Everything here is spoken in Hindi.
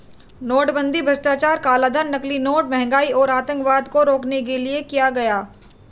नोटबंदी भ्रष्टाचार, कालाधन, नकली नोट, महंगाई और आतंकवाद को रोकने के लिए किया गया